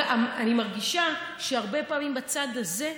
אני מרגישה שהרבה פעמים בצד זה,